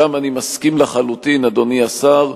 שם אני מסכים לחלוטין, אדוני השר,